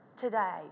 today